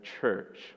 church